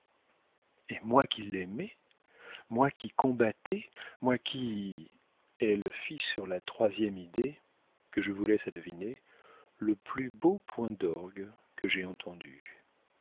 et moi qui l'aimais moi qui combattais moi qui elle fit sur la troisième idée que je vous laisse à deviner le plus beau point d'orgue que j'aie entendu